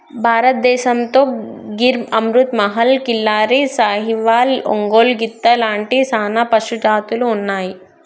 భారతదేసంతో గిర్ అమృత్ మహల్, కిల్లారి, సాహివాల్, ఒంగోలు గిత్త లాంటి సానా పశుజాతులు ఉన్నాయి